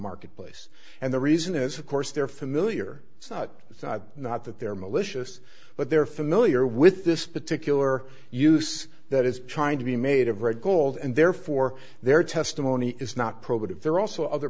marketplace and the reason is of course they're familiar it's not it's not that they're malicious but they're familiar with this particular use that is trying to be made of red gold and therefore their testimony is not probative there are also other